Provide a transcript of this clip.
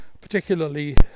particularly